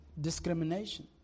discrimination